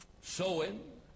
sowing